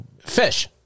fish